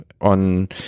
on